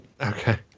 Okay